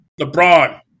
lebron